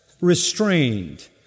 restrained